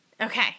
Okay